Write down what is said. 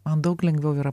man daug lengviau yra